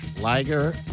Liger